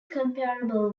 comparable